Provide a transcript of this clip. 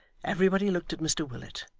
everybody looked at mr willet,